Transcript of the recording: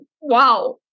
Wow